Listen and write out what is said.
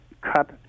cut